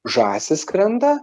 žąsys skrenda